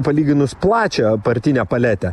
palyginus plačią partinę paletę